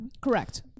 correct